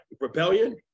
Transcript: rebellion